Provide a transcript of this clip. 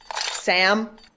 Sam